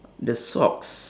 the socks